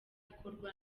ikorwa